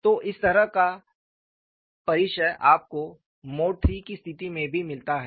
तो इसी तरह का परिदृश्य आपको मोड III की स्थिति में भी मिलता है